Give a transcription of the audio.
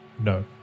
No